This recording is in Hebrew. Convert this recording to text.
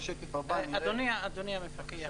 אדוני המפקח,